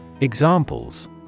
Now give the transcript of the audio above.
Examples